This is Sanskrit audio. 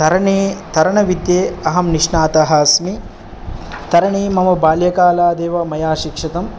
तरणे तरणविद्ये अहं निष्णातः अस्मि तरणे मम बाल्यकालादेव मया शिक्षितं